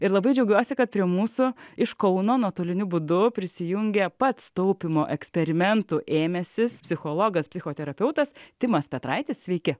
ir labai džiaugiuosi kad prie mūsų iš kauno nuotoliniu būdu prisijungia pats taupymo eksperimentų ėmęsis psichologas psichoterapeutas timas petraitis sveiki